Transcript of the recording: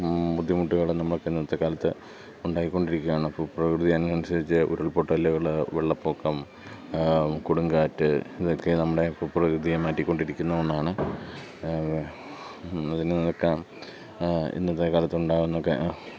ബുദ്ധിമുട്ടുകൾ നമ്മൾക്ക് ഇന്നത്തെ കാലത്ത് ഉണ്ടായിക്കൊണ്ടിരിക്കുകയാണ് അപ്പം പ്രകൃതി അതിന് അനുസരിച്ചു ഉരുൾപൊട്ടലുകൾ വെള്ളപ്പൊക്കം കൊടുങ്കാറ്റ് ഇതൊക്കെ നമ്മുടെ ഭൂപ്രകൃതിയെ മാറ്റിക്കൊണ്ടിരിക്കുന്ന ഒന്നാണ് അതിനൊക്കെ ഇന്നത്തെ കാലത്ത് ഉണ്ടാവുന്നതൊക്കെ